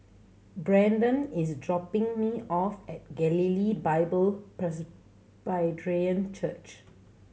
Braedon is dropping me off at Galilee Bible Presbyterian Church